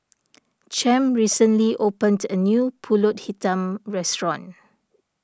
Champ recently opened a new Pulut Hitam restaurant